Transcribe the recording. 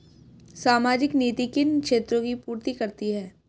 सामाजिक नीति किन क्षेत्रों की पूर्ति करती है?